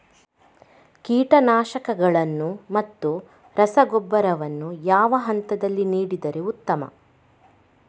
ಕೀಟನಾಶಕಗಳನ್ನು ಮತ್ತು ರಸಗೊಬ್ಬರವನ್ನು ಯಾವ ಹಂತದಲ್ಲಿ ನೀಡಿದರೆ ಉತ್ತಮ?